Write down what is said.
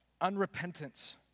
unrepentance